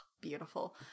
beautiful